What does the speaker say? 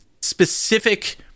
specific